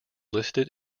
listed